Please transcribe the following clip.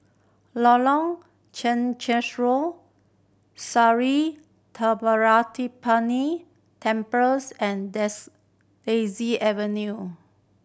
Lorong Chencharu Sri Thendayuthapani Temples and Daisy Avenue